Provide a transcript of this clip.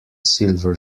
silver